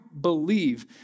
believe